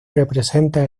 representa